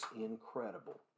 incredible